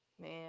man